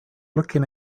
looking